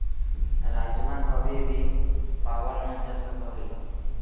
राजमा कभी भी पावल जा सका हई